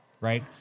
Right